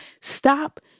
Stop